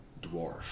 dwarf